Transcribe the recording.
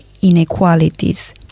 inequalities